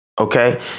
Okay